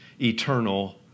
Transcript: eternal